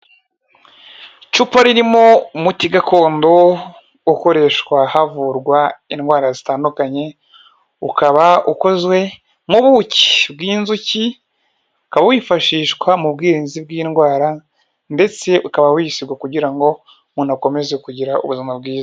Icupa ririmo umuti gakondo ukoreshwa havurwa indwara zitandukanye, ukaba ukozwe mu buki bw'inzuki ukawifashishwa mu bwirinzi bw'indwara ndetse ukaba wisigwa kugira ngo umuntu akomeze kugira ubuzima bwiza.